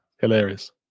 hilarious